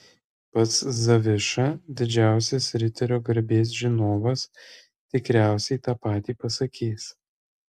pats zaviša didžiausias riterio garbės žinovas tikriausiai tą patį pasakys